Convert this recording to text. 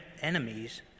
enemies